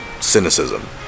cynicism